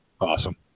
Awesome